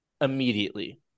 Immediately